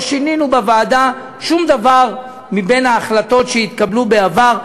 לא שינינו בוועדה שום דבר מההחלטות שהתקבלו בעבר,